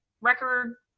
record